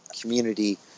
community